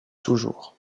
toujours